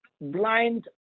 blind